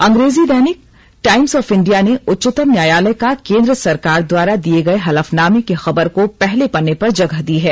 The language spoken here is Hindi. अंग्रेजी दैनिक टाईम्स ऑफ इंडिया ने उच्चतम न्यायालय का केन्द्र सरकार द्वारा दिए गए हलफनामे की खबर को पहले पन्ने पर जगह दी है